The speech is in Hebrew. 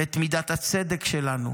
ואת מידת הצדק שלנו